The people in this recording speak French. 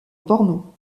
porno